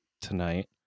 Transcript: tonight